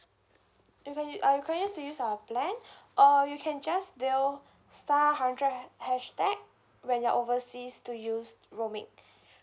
you can uh you can continue to use our plan or you can just dial star hundred hashtag when you're overseas to use roaming